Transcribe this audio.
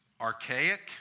archaic